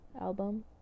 album